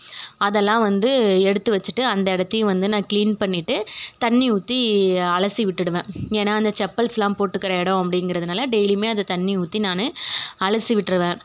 அதெல்லாம் வந்து எடுத்து வச்சுட்டு அந்த இடத்தியும் வந்து நான் கிளீன் பண்ணிவிட்டு தண்ணி ஊற்றி அலசி விட்டுடுவேன் ஏன்னால் அந்த செப்பல்ஸெலாம் போட்டுக்கிற இடம் அப்படிங்குறதுனால டெய்லியுமே அதை தண்ணி ஊற்றி நான் அலசி விட்டுருவேன்